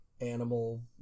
animal